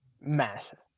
Massive